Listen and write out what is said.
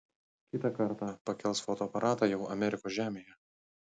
kitą kartą pakels fotoaparatą jau amerikos žemėje